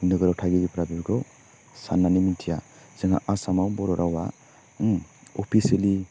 नोगोराव थागिबिफ्रा बेखौ सान्नानै मोनथिया जोंहा आसामाव बर' रावा अफिसेलि